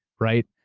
right,